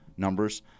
numbers